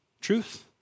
Truth